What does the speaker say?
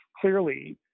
clearly